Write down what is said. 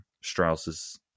Strauss's